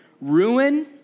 Ruin